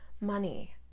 Money